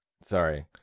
Sorry